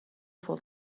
for